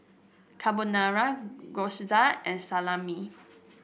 Carbonara Gyoza and Salami